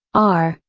are,